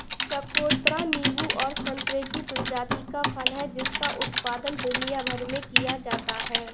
चकोतरा नींबू और संतरे की प्रजाति का फल है जिसका उत्पादन दुनिया भर में किया जाता है